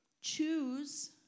choose